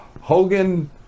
Hogan